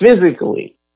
Physically